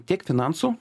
tiek finansų